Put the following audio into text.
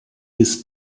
bis